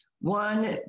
one